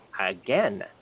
again